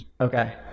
Okay